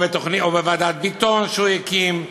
או בוועדת ביטון שהוא הקים,